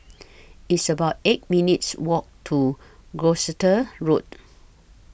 It's about eight minutes' Walk to Gloucester Road